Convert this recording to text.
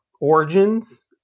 origins